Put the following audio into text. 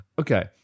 Okay